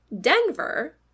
Denver